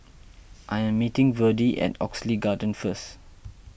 I am meeting Verdie at Oxley Garden first